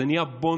וזה נהיה בון-טון,